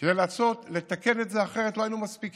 כדי לנסות לתקן את זה, אחרת לא היינו מספיקים.